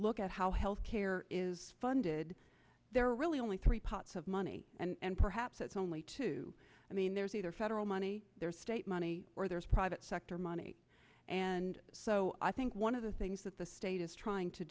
look at how health care is funded there are really only three pots of money and perhaps it's only two i mean there's either federal money there's state money or there's private sector money and so i think one of the things that the state is trying to